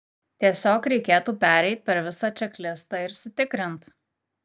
tiesiog reikėtų pereit per visą čeklistą ir sutikrint